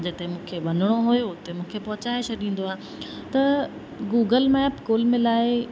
जिते मूंखे वञिणो हुयो उते मूंखे पहुचाए छॾींदो आहे त गूगल मैप कुलु मिलाए